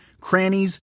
crannies